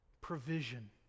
provision